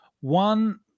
One